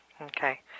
Okay